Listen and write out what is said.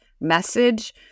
message